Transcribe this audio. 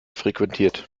frequentiert